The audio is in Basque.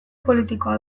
politikoa